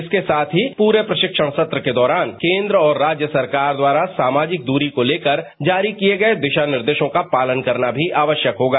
इसके साथ पूरे प्रशिक्षण सत्र के दौरान केन्द्र और राज्य सरकार द्वारा सामाजिक दूरी को लेकर जारी किए गए दिशा निर्देशों का पालन करना भी आवश्यक होगा